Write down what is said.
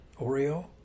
Oreo